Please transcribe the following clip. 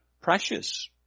precious